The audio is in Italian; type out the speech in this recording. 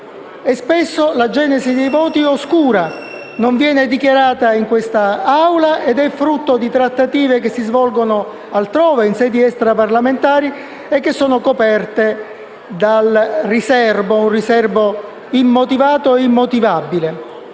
e spesso la genesi dei voti è oscura, non viene dichiarata in questa Assemblea, ed è frutto di trattative che si svolgono altrove, in sedi extraparlamentari, e che sono coperte da riserbo, un riserbo immotivato e immotivabile.